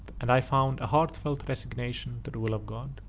and i found a heartfelt resignation to the will of god.